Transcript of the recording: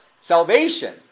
salvation